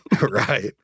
right